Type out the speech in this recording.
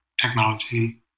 technology